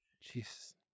Jesus